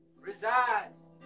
resides